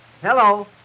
Hello